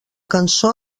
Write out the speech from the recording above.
cançó